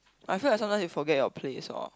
I feel like sometimes you forget your place orh